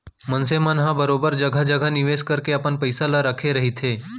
मनसे मन ह बरोबर जघा जघा निवेस करके अपन पइसा ल रखे रहिथे